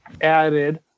added